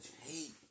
hate